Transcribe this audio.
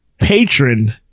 patron